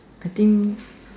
I think